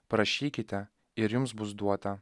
prašykite ir jums bus duota